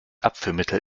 abführmittel